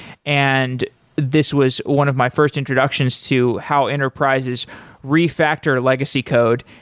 and this was one of my first introductions to how enterprises refactor legacy code.